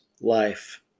life